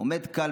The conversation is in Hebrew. עומד כאן,